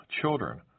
children